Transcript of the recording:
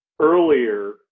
earlier